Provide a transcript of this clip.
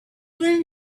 then